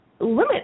limit